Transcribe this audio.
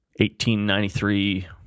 1893